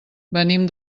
venim